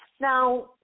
Now